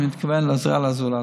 אני מתכוון לעזרה לזולת.